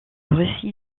récit